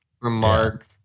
remark